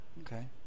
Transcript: Okay